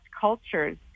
cultures